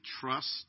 trust